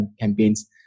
campaigns